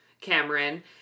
Cameron